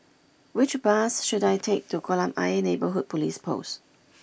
which bus should I take to Kolam Ayer Neighbourhood Police Post